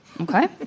Okay